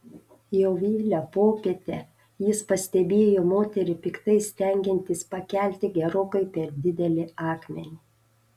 jau vėlią popietę jis pastebėjo moterį piktai stengiantis pakelti gerokai per didelį akmenį